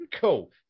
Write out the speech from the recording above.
cool